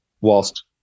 whilst